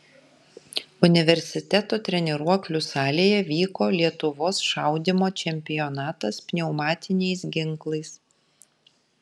universiteto treniruoklių salėje vyko lietuvos šaudymo čempionatas pneumatiniais ginklais